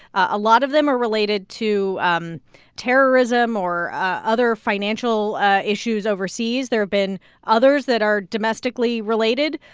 a lot of them are related to um terrorism or other financial issues overseas. there have been others that are domestically related.